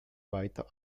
weiter